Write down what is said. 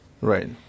Right